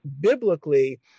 biblically